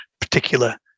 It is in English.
particular